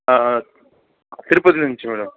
తిరుపతి నుండి మేడం